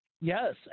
yes